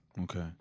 Okay